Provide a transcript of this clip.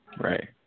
right